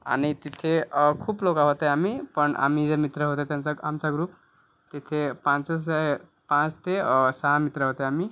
आणि तिथे खूप लोक होते आम्ही पण आम्ही जे मित्र होतो त्यांचा आमचा ग्रुप तिथे पाचच पाच ते सहा मित्र होते आम्ही